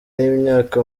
y’imyaka